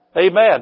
Amen